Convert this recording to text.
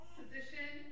position